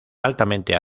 altamente